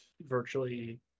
virtually